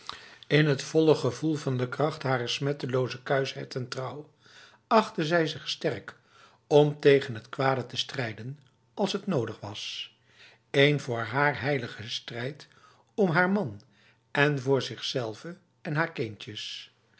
in het volle gevoel van de kracht harer smetteloze kuisheid en trouw achtte zij zich sterk om tegen het kwade te strijden als het nodig was een voor haar heilige strijd om haar man en voor zichzelve en haar kindertjes